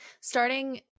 starting